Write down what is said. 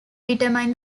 determine